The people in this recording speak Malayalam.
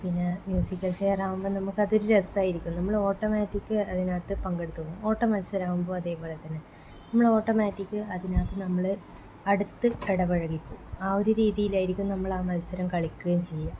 പിന്നെ മ്യൂസിക്കൽ ചെയർ ആകുമ്പോൾ അത് നമുക്ക് ഒരു രസമായിരിക്കും നമ്മൾ ഓട്ടോമാറ്റിക്ക് അതിനകത്ത് പങ്കെടുത്തുപോവും ഓട്ടമത്സരം ആകുമ്പോൾ അതുപോലെ തന്നെ നമ്മൾ ഓട്ടോമാറ്റിക് അതിനകത്ത് നമ്മൾ അടുത്ത് ഇടപഴകി പോകും ആ ഒരു രീതിയിലായിരിക്കും നമ്മൾ ആ മത്സരം കളിക്കുകയും ചെയ്യുക